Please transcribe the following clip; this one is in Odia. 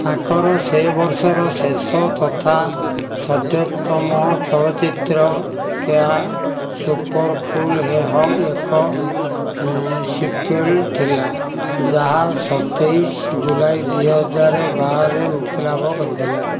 ତାଙ୍କର ସେ ବର୍ଷର ଶେଷ ତଥା ସଦ୍ୟତମ ଚଳଚ୍ଚିତ୍ର 'କ୍ୟା ସୁପର୍ କୁଲ୍ ହେ ହମ୍' ଏକ ସିକ୍ୱେଲ୍ ଥିଲା ଯାହା ସତେଇଶ ଜୁଲାଇ ଦୁଇହଜାର ବାରରେ ମୁକ୍ତିଲାଭ କରିଥିଲା